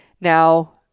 Now